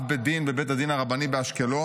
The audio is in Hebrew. אב בית דין בבית הדין הרבני באשקלון,